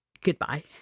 goodbye